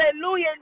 hallelujah